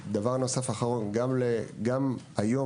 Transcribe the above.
דבר אחרון גם היום